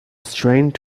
strength